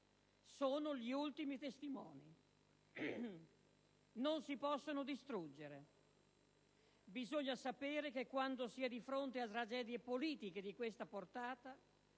sono gli ultimi testimoni, non si possono distruggere. Bisogna sapere che, quando si è di fronte a tragedie politiche di questa portata,